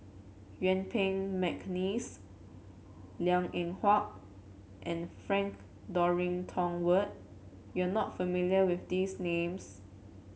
Yuen Peng McNeice Liang Eng Hwa and Frank Dorrington Ward you are not familiar with these names